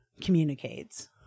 communicates